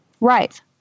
Right